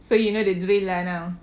so you know they do it lah now